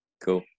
Cool